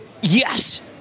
Yes